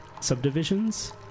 subdivisions